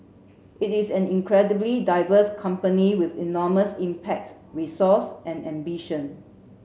it is an incredibly diverse company with enormous impact resource and ambition